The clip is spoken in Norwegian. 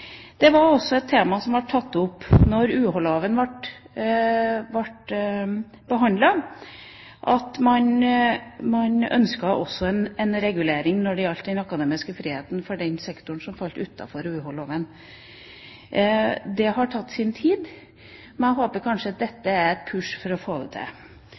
Et tema som også ble tatt opp da UH-loven ble behandlet, var ønsket om en regulering når det gjaldt den akademiske friheten, for den sektoren som falt utenfor UH-loven. Det har tatt sin tid. Men jeg håper at dette kanskje er et push for å få det til.